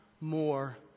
more